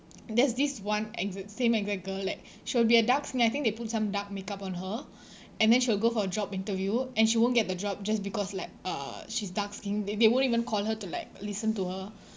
there's this one ex~ same exact girl like she'll be a dark sk~ I think they put some dark makeup on her and then she will go for a job interview and she won't get the job just because like uh she's dark-skinned they they won't even call her to like listen to her